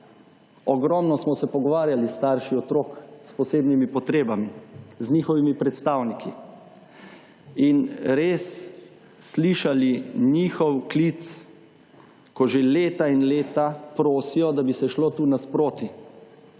Ogromno smo se pogovarjali starši otrok s posebnimi potrebami, z njihovimi predstavniki in res slišali njihov klic, ko že leta in leta prosijo, da bi se šlo tu nasproti,